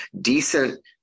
decent